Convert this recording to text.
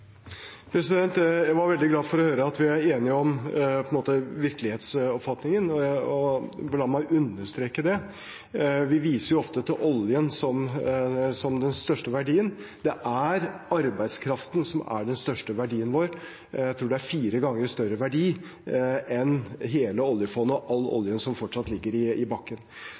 Jeg var veldig glad for å høre at vi er enige om virkelighetsoppfatningen. La meg understreke det. Vi viser ofte til oljen som den største verdien, men det er arbeidskraften som er den største verdien vår. Jeg tror det er fire ganger større verdi enn hele oljefondet og all oljen som fortsatt ligger i bakken,